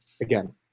again